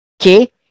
okay